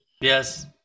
yes